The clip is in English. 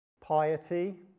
piety